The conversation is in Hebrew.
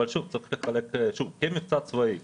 אם מבצע צבאי,